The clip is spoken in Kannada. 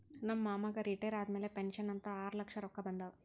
ನಮ್ ಮಾಮಾಗ್ ರಿಟೈರ್ ಆದಮ್ಯಾಲ ಪೆನ್ಷನ್ ಅಂತ್ ಆರ್ಲಕ್ಷ ರೊಕ್ಕಾ ಬಂದಾವ್